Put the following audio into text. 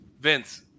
vince